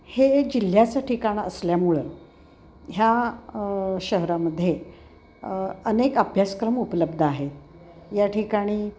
हे जिल्ह्याचं ठिकाण असल्यामुळं ह्या शहरामध्ये अनेक अभ्यासक्रम उपलब्ध आहेत या ठिकाणी